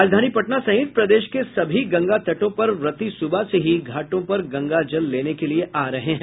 राजधानी पटना सहित प्रदेश के सभी गंगा तटों पर व्रती सुबह से ही घाटों पर गंगा जल लेने के लिए आ रहे हैं